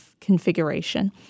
configuration